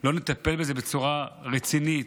לא נטפל בזה בצורה רצינית,